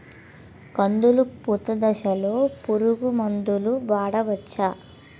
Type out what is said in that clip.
కందులు పూత దశలో పురుగు మందులు వాడవచ్చా?